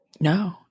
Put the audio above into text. No